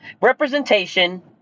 representation